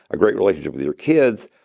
a great relationship with your kids,